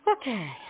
Okay